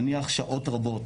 נניח שעות רבות